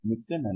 மிக்க நன்றி